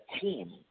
team